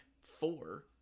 four